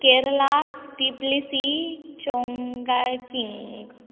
Kerala Tbilisi Chongqing